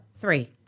Three